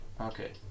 Okay